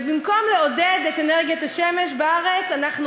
ובמקום לעודד את אנרגיית השמש בארץ אנחנו